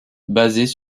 basés